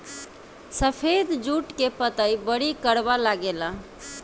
सफेद जुट के पतई बड़ी करवा लागेला